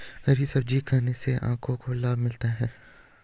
हरी सब्जियाँ खाने से आँखों को लाभ मिलता है